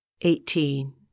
eighteen